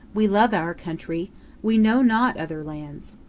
we love our country we know not other lands.